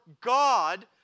God